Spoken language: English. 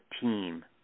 team